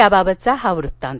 त्याबाबतचा हा वृत्तात